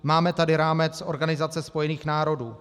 Máme tady rámec Organizace spojených národů.